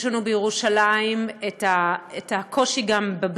יש לנו בירושלים את הקושי גם בבנייה,